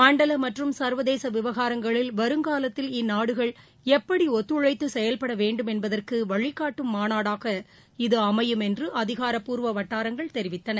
மண்டல மற்றும் சர்வதேச விவகாரங்களில் வருங்காலத்தில் இந்நாடுகள் எப்படி ஒத்துழைத்து செயல்பட வேண்டும் என்பதற்கு வழிகாட்டும் மாநாடாக இது அமையும் என்று அதிகாரப்பூர்வ வட்டாரங்கள் தெரிவித்தன